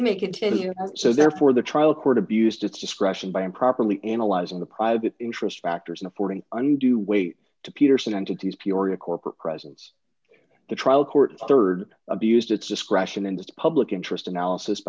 make it to so therefore the trial court abused its discretion by improperly analyzing the private interest factors in affording unto weight to peterson entities peoria corporate presence the trial court rd abused its discretion in the public interest analysis